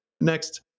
Next